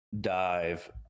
dive